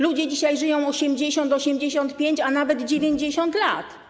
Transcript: Ludzie dzisiaj żyją 80, 85, a nawet 90 lat.